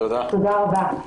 תודה רבה.